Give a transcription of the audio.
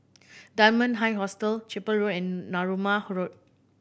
Dunman High Hostel Chapel Road and Narooma Road